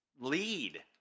lead